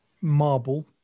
marble